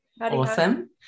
Awesome